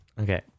okay